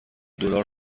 دلار